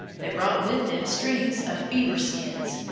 they brought with them strings of beaver skins,